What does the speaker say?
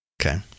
Okay